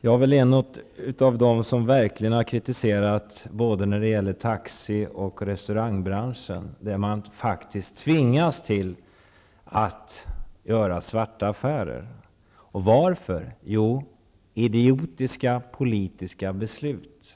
Jag är väl en av dem som verkligen har fört fram kritik när det gäller både taxi och restaurangbranschen, där man faktiskt tvingas att göra svarta affärer. Och varför? Jo, idiotiska politiska beslut.